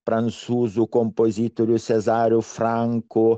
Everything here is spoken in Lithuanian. prancūzų kompozitoriaus cezario franko